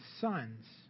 sons